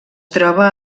troba